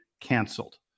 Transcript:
canceled